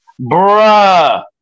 Bruh